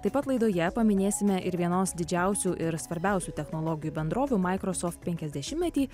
taip pat laidoje paminėsime ir vienos didžiausių ir svarbiausių technologijų bendrovių microsoft penkiasdešimtmetį